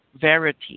verity